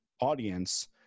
audience